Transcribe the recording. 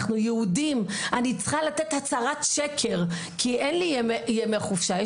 אני צריכה לתת הצהרת שקר כי אין לי ימי חופשה,